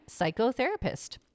psychotherapist